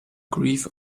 grieve